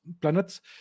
planets